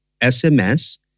SMS